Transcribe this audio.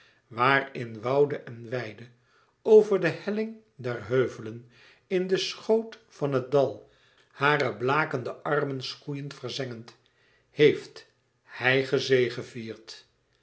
waar in woude en weide over de helling der heuvelen in den schoot van het dal hare blakende adem schroeide verzengend heeft hij gezegevierd